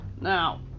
now